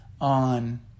on